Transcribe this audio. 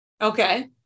Okay